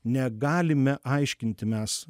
negalime aiškinti mes